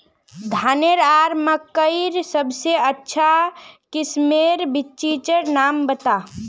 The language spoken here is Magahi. धानेर आर मकई सबसे अच्छा किस्मेर बिच्चिर नाम बता?